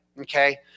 Okay